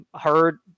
heard